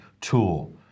tool